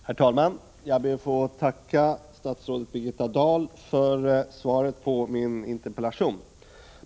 Herr talman! Jag ber att få tacka statsrådet Birgitta Dahl för svaret på min interpellation.